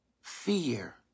Fear